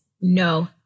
no